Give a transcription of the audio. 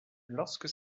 lorsque